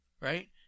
Right